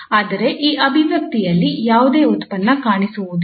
ಆದರೆ ಈ ಅಭಿವ್ಯಕ್ತಿಯಲ್ಲಿ ಯಾವುದೇ ಉತ್ಪನ್ನ ಕಾಣಿಸುವುದಿಲ್ಲ